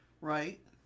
Right